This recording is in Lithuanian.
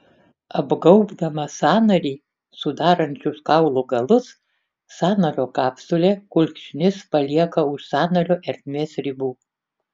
apgaubdama sąnarį sudarančius kaulų galus sąnario kapsulė kulkšnis palieka už sąnario ertmės ribų